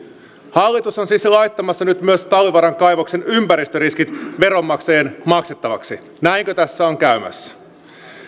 hallitus on siis laittamassa nyt myös talvivaaran kaivoksen ympäristöriskit veronmaksajien maksettavaksi näinkö tässä on käymässä